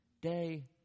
day